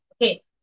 Okay